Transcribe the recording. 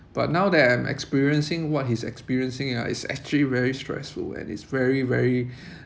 but now that I'm experiencing what he's experiencing ah it's actually very stressful and it's very very